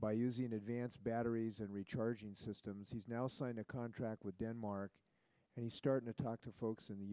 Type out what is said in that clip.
by using advanced batteries and recharging systems he's now signed a contract with denmark and he started to talk to folks in the